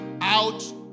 out